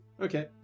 Okay